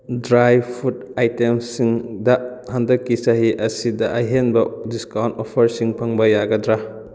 dry fruit ꯑꯥꯏꯇꯦꯝꯁꯤꯡꯗ ꯍꯟꯗꯛꯀꯤ ꯆꯍꯤ ꯑꯁꯤꯗ ꯑꯍꯦꯟꯕ ꯗꯤꯁꯀꯥꯎꯟ ꯑꯣꯐꯔꯁꯤꯡ ꯐꯪꯕ ꯌꯥꯒꯗ꯭ꯔꯥ